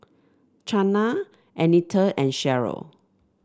Chana Annetta and Sharyl